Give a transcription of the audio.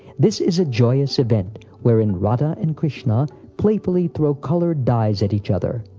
this is a joyous event wherein radha and krishna playfully throw colored dyes at each other.